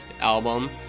album